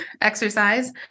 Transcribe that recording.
exercise